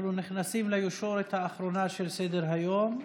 אנחנו נכנסים לישורת האחרונה של סדר-היום.